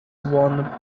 one